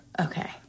Okay